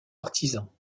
artisan